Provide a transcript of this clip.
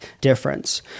difference